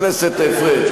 חבר הכנסת פריג',